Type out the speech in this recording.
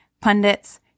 pundits